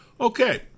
Okay